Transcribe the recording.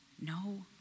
no